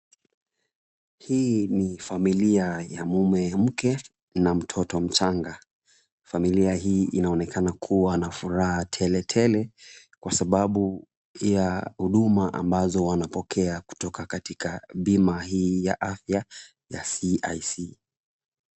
Hii ni familia ya mume, mke na mtoto mchanga. Familia hii inaonekana kuwa na furaha teletele kwa sababu ya huduma ambazo wanapokea kutoka katika bima hii ya afya ya CIC.